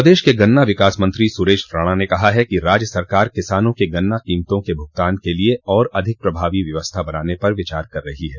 प्रदेश के गन्ना विकास मंत्री सुरेश राणा ने कहा है कि राज्य सरकार किसानों के गन्ना कीमतों के भूगतान के लिए और अधिक प्रभावी व्यवस्था बनाने पर विचार कर रही है